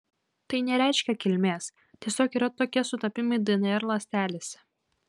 tai nereiškia kilmės tiesiog yra tokie sutapimai dnr ląstelėse